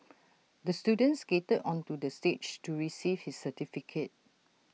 the student skated onto the stage to receive his certificate